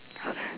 okay